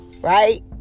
Right